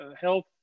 health